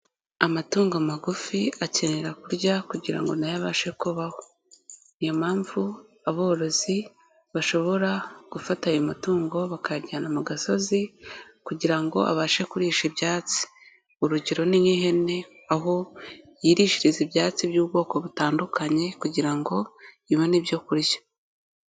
Amatungo magufi akenera kurya kugira ngo na yo abashe kubaho. Iyo mpamvu aborozi bashobora gufata ayo matungo, bakayajyana mu gasozi kugira ngo abashe kurisha ibyatsi. Urugero ni nk'ihene, aho yirishiriza ibyatsi by'ubwoko butandukanye kugira ngo ibone ibyo kurya.